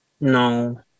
No